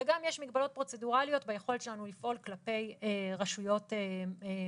וגם יש מגבלות פרוצדורליות ביכולת שלנו לפעול כלפי רשויות מקומיות.